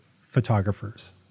photographers